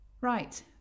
Right